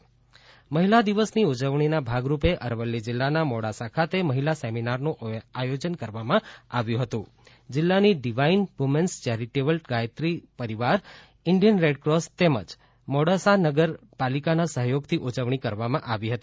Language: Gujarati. મહિલા દિવસ સેમિનાર મહિલા દિવસની ઉજવણીના ભાગરૂપે અરવલ્લી જિલ્લાના મોડાસા ખાતે મહિલા સેમિનારનું આયોજન કરવામાં આવ્યું હતું જિલ્લાની divine women's charitable trust Gayatri Parivar Indian red cross તેમજ મીડાસા નગર પાલિકાના સહયોગથી ઉજવણી કરવામાં આવી હતી